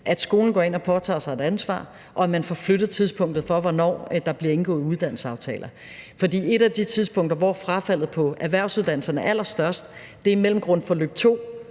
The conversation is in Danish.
at skolen går ind og påtager sig et ansvar, 2) og at man får flyttet tidspunktet for, hvornår der bliver indgået uddannelsesaftaler. For et af de tidspunkter, hvor frafaldet på erhvervsuddannelserne er allerstørst, er mellem grundforløb 2